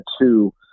two